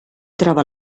trova